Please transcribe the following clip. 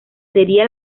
sería